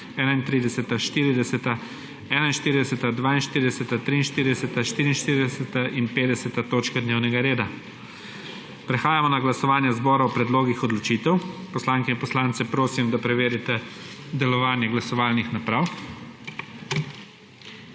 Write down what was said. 31., 40., 41., 42., 43., 44. in 50. točka dnevnega reda. Prehajamo na glasovanje zbora o predlogih odločitev. Poslanke in poslance prosim, da preverite delovanje glasovalnih naprav.